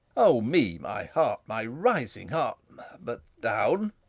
o me, my heart, my rising heart but down!